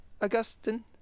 augustine